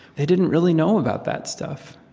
they didn't really know about that stuff.